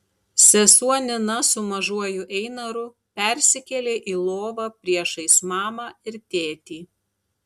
sesuo nina su mažuoju einaru persikėlė į lovą priešais mamą ir tėtį